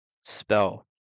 Spell